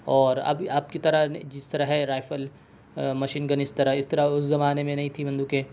اور اب اب کی طرح نہیں جس طرح رائفل مشین گن اس طرح اس طرح اس زمانے میں نہیں تھی بندوقیں